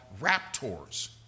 raptors